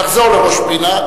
נחזור לראש-פינה,